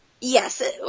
Yes